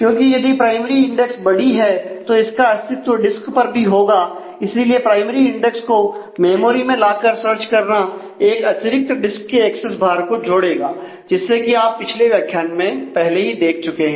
क्योंकि यदि primary index बड़ी है तो इसका अस्तित्व डिस्क पर भी होगा इसीलिए प्राइमरी इंडेक्स को मेमोरी में लाकर सर्च करना एक अतिरिक्त डिस्क के एक्सेस भार को जोड़ेगा जिससे कि आप पिछले व्याख्यान में पहले ही देख चुके हैं